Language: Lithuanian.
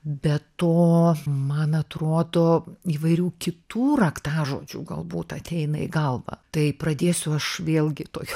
be to man atrodo įvairių kitų raktažodžių galbūt ateina į galvą tai pradėsiu aš vėlgi tokiu